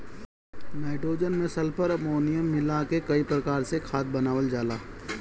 nitrogen में sulphur, ammonium मिला के कई प्रकार से खाद बनावल जाला